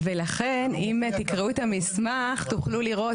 ולכן אם תקראו את המסמך תוכלו לראות